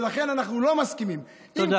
ולכן אנחנו לא מסכימים, תודה.